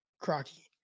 Crocky